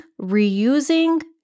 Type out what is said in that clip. reusing